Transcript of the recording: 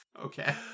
Okay